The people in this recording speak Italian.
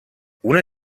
una